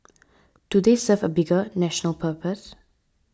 do they serve a bigger national purpose